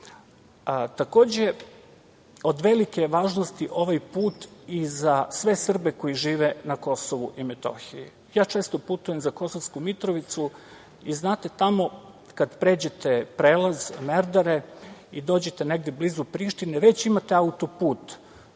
Srbiji. Od velike je važnosti ovaj put i za sve Srbe koji žive na Kosovu i Metohiji. Ja često putujem za Kosovsku Mitrovicu i tamo kad pređete prelaz Merdare i dođete negde blizu Prištine, već imate auto-put